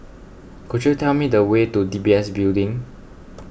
could you tell me the way to D B S Building